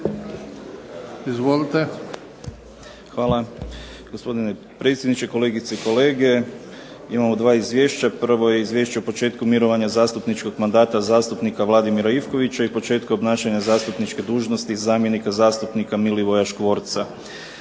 (HDZ)** Hvala, gospodine predsjedniče. Kolegice i kolege. Imamo dva izvješća. Prvo je Izvješće o početku mirovanja zastupničkog mandata zastupnika Vladimir Ivkovića i početka obnašanja zastupničke dužnosti zamjenika zastupnika Milivoja Škvorca.